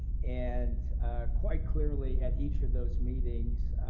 and quite clearly, at each of those meetings,